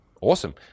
awesome